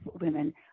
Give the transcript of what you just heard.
women